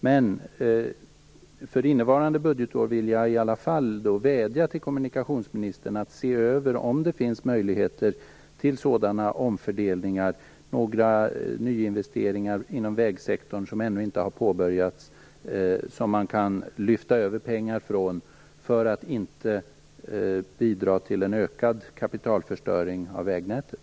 Men för innevarande budgetår vill jag i alla fall vädja till kommunikationsministern att se över om det finns möjligheter till sådana omfördelningar från några nyinvesteringar inom vägsektorn som ännu inte har påbörjats och som man kan överföra pengar från för att inte bidra till en ökad kapitalförstöring av vägnätet.